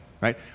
right